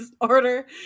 order